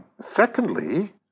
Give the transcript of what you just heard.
Secondly